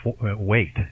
weight